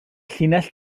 llinell